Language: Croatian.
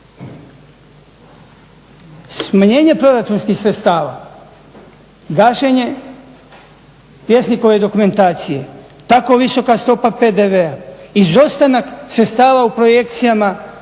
Smanjenje proračunskih sredstava, gašenje Vjesnikove dokumentacije, tako visoka stopa PDV-a, izostanak sredstava u projekcijama